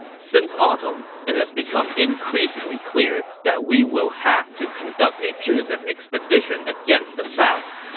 since autumn, it has become increasingly clear that we will have to conduct a punitive expedition against the south.